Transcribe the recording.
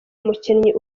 umukinnyi